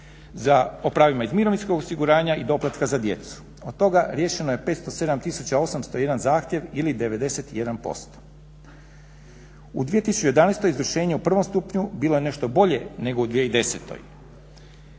o pravima iz mirovinskog osiguranja i doplatka za djecu. Od toga riješeno je 507801 zahtjev ili 91%. U 2011. izvršenje u prvom stupnju bilo je nešto bolje nego u 2010.